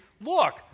look